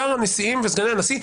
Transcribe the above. שאר הנשיאים וסגני הנשיא,